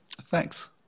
Thanks